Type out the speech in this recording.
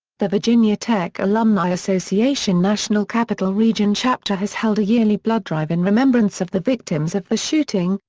the virginia tech alumni association national capital region chapter has held a yearly blood drive in remembrance of the victims of the shooting,